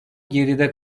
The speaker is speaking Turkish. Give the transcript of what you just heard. geride